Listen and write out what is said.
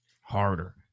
harder